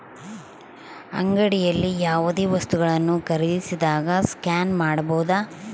ಅಂಗಡಿಯಲ್ಲಿ ಯಾವುದೇ ವಸ್ತುಗಳನ್ನು ಖರೇದಿಸಿದಾಗ ಸ್ಕ್ಯಾನ್ ಮಾಡಬಹುದಾ?